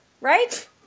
right